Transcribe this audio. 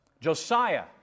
Josiah